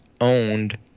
owned